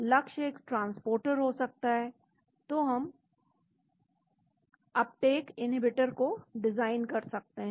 लक्ष्य एक ट्रांसपोर्टर हो सकता है तो हम उद्ग्रहण या अप्टेक इन्हींबीटर को डिजाइन कर सकते हैं